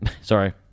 Sorry